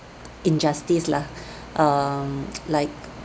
injustice lah um like